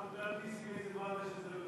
ההצעה להעביר